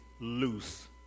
loose